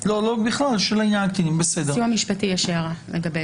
לסיוע המשפטי יש הערה.